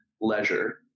leisure